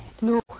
no